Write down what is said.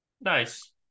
Nice